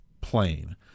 plain